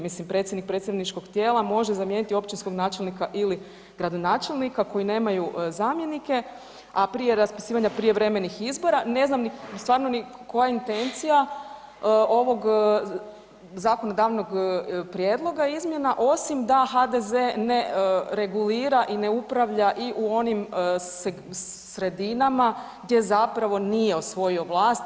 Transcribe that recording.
Mislim predsjednik predsjedničkog tijela može zamijeniti općinskog načelnika ili gradonačelnika koji nemaju zamjenike, a prije raspisivanja prijevremenih izbora ne znam stvarno ni koja je intencija ovog zakonodavnog prijedloga izmjena osim da HDZ ne regulira i ne upravlja i u onim sredinama gdje zapravo nije osvojio vlast.